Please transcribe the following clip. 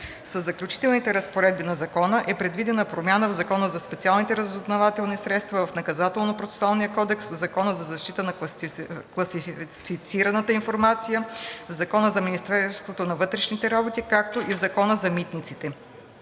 Със заключителните разпоредби на закона е предвидена промяна в Закона за специалните разузнавателни средства, в Наказателно-процесуалния кодекс, в Закона за защита на класифицираната информация, в Закона за Министерството на вътрешните работи, както и в Закона за митниците.